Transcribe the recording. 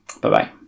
Bye-bye